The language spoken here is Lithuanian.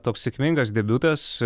toks sėkmingas debiutas